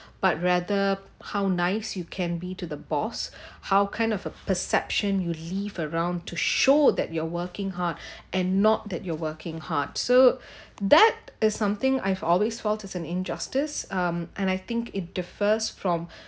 but rather how nice you can be to the boss how kind of a perception you leave around to show that you are working hard and not that your working hard so that is something I've always felt as an injustice um and I think it differs from